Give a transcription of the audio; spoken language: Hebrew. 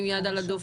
עם היד על הדופק?